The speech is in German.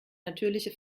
natürliche